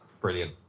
Brilliant